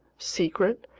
secret,